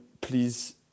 please